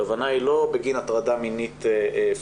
הכוונה היא לא בגין הטרדה מינית פיזית